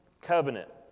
covenant